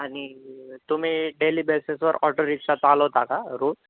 आणि तुम्ही डेली बेसेसवर ऑटोरिक्शा चालवता का रोज